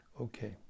okay